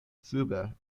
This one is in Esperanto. sube